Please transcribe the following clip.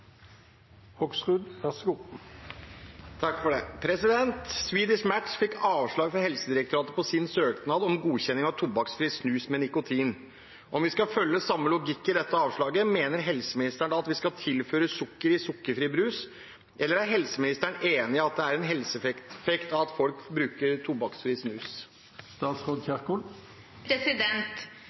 Helsedirektoratet på sin søknad om godkjenning av tobakksfri snus med nikotin. Om vi skal følge samme logikken som i dette avslaget – mener helseministeren da at vi skal tilføre sukker i sukkerfri brus, eller er helseministeren enig i at det er en helseeffekt av at folk bruker